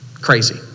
Crazy